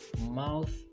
mouth